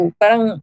parang